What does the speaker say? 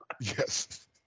Yes